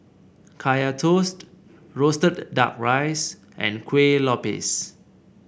Kaya Toast roasted duck rice and Kueh Lopes